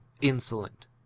insolent